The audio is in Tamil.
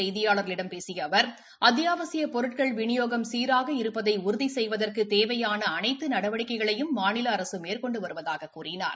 செய்தியாளர்களிடம் பேசிய மதுரையில் இன்று அவர் அத்தியாவசியப் பொருட்கள் விநியோகம் சீராக இருப்பதை உறுதி செய்வதற்கு தேவையான அனைத்து நடவடிக்கைகளையும் மாநில அரசு மேற்கொண்டு வருவதாகக் கூறினார்